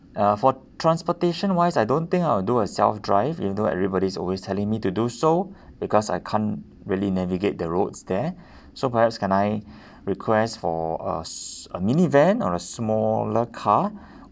uh for transportation wise I don't think I will do a self drive even though everybody's always telling me to do so because I can't really navigate the roads there so perhaps can I request for a s~ a mini van or a smaller car